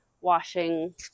washing